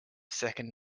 second